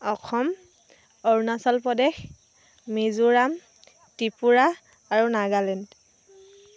অসম অৰুণাচল প্ৰদেশ মিজোৰাম ত্ৰিপুৰা আৰু নাগালেণ্ড